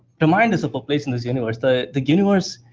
the mind is a but place in this universe. the the universe